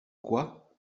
quoi